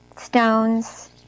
stones